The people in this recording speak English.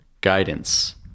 guidance